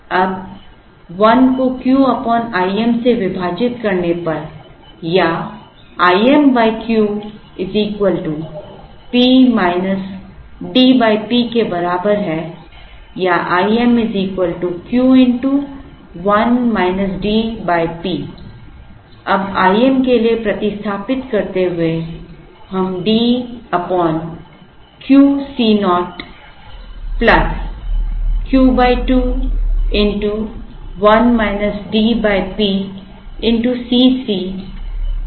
अब 1 को Q I m से विभाजित करने पर या I m Q P minus DP के बराबर है या I m Q 1 D P अब I m के लिए प्रतिस्थापित करते हुए हम D QC Naught plus Q 2 1 minus DP Cc प्राप्त करते हैं